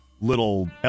little